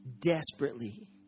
desperately